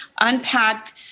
unpack